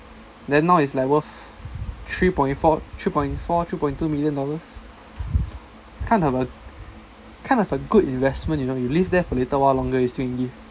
then now it's like worth three point four three point four three point two million dollars it's kind of a kind of a good investment you know you live there for a little while longer it's swee gif~